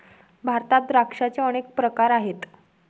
भारतात द्राक्षांचे अनेक प्रकार आहेत